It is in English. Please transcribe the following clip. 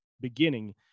beginning